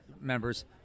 members